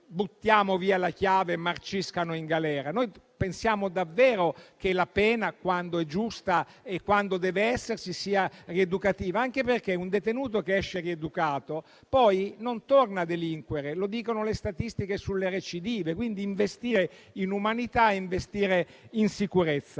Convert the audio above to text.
buttiamo via la chiave, marciscano in galera. Noi pensiamo davvero che la pena, quando è giusta e quando deve esserci, debba essere rieducativa, anche perché un detenuto che esce rieducato poi non torna a delinquere, come dicono le statistiche sulle recidive. Pertanto, è necessario investire in umanità è investire in sicurezza.